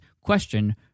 question